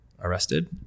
arrested